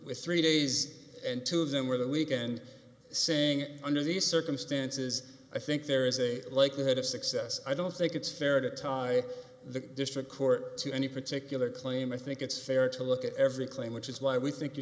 with three days and two of them were that weekend saying under these circumstances i think there is a likelihood of success i don't think it's fair to tie the district court to any particular claim i think it's fair to look at every claim which is why we think you